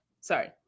Sorry